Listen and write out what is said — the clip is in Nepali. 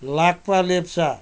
लाक्पा लेप्चा